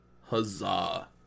huzzah